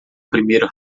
primeiro